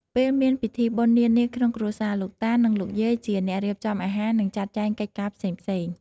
ពេលមានពិធីបុណ្យនានាក្នុងគ្រួសារ លោកតា និងលោកយាយជាអ្នករៀបចំអាហារ និងចាត់ចែងកិច្ចការផ្សេងៗ។